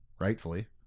rightfully